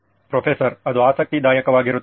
professor ಅದು ಆಸಕ್ತಿದಾಯಕವಾಗಿರುತ್ತದೆ